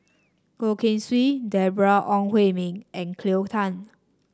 Goh Keng Swee Deborah Ong Hui Min and Cleo Thang